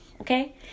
Okay